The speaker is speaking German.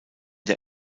der